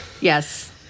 yes